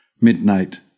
Midnight